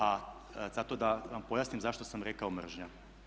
A zato da vam pojasnim zašto sam rekao mržnja.